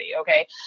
Okay